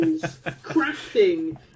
crafting